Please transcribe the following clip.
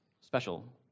special